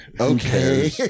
Okay